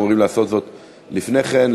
היינו אמורים לעשות זאת לפני כן,